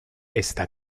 está